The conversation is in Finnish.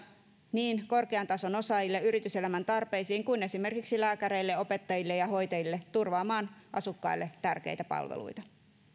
niin korkean tason osaajille yrityselämän tarpeisiin kuin esimerkiksi lääkäreille opettajille ja hoitajille turvaamaan asukkaille tärkeitä palveluita